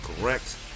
correct